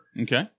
Okay